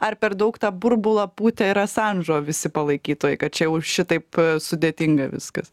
ar per daug tą burbulą pūtė ir asandžo visi palaikytojai kad čia jau šitaip sudėtinga viskas